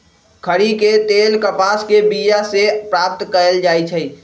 खरि के तेल कपास के बिया से प्राप्त कएल जाइ छइ